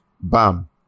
bam